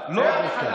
מהתחלה, מהתחלה.